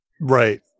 right